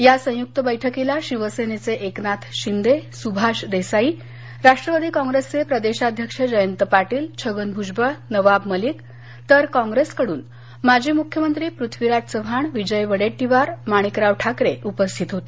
या संयुक्त बैठकीला शिवसेनेचे एकनाथ शिंदे सुभाष देसाई राष्ट्रवादी काँग्रेसचे प्रदेशाध्यक्ष जयंत पाटील छगन भूजबळ नवाब मलिक तर काँग्रेसकडून माजी मुख्यमंत्री पृथ्वीराज चव्हाण विजय वडेट्टीवार माणिकराव ठाकरे उपस्थित होते